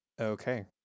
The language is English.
Okay